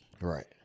Right